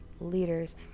leaders